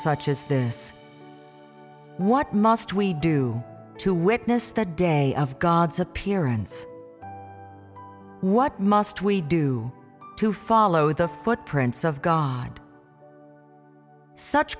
such as this what must we do to witness the day of god's appearance what must we do to follow the footprints of god such